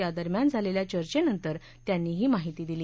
त्यादरम्यान झालेल्या चर्चेनंतर त्यांनी ही माहिती दिली